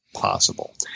possible